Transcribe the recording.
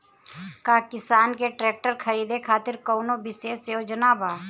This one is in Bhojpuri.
का किसान के ट्रैक्टर खरीदें खातिर कउनों विशेष योजना बा?